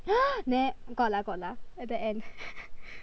there got lah got lah at the end